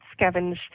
scavenge